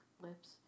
lips